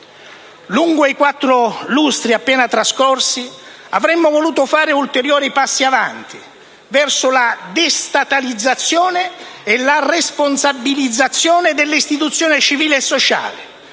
Lungo i quattro lustri appena trascorsi avremmo voluto fare ulteriori passi avanti verso la destatalizzazione e la responsabilizzazione delle istituzioni civili e sociali.